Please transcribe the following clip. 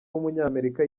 w’umunyamerika